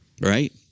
right